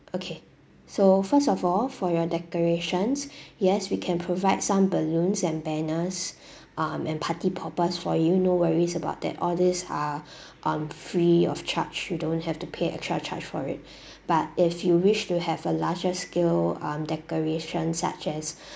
okay so first of all for your decorations yes we can provide some balloons and banners um and party poppers for you no worries about that all this are um free of charge you don't have to pay extra charge for it but if you wish to have a larger scale um decoration such as